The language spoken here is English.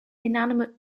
inanimate